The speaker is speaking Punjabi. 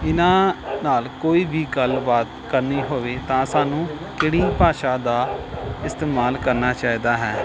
ਇਹਨਾਂ ਨਾਲ ਕੋਈ ਵੀ ਗੱਲਬਾਤ ਕਰਨੀ ਹੋਵੇ ਤਾਂ ਸਾਨੂੰ ਕਿਹੜੀ ਭਾਸ਼ਾ ਦਾ ਇਸਤੇਮਾਲ ਕਰਨਾ ਚਾਹੀਦਾ ਹੈ